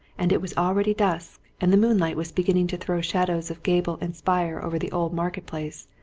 and it was already dusk, and the moonlight was beginning to throw shadows of gable and spire over the old market-place,